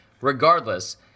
Regardless